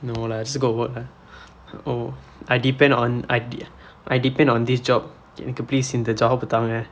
no lah just got work lah oh I depend on I de~ I depend on this job எனக்கு:ennakku please இந்த:indtha job தாங்க:thaangka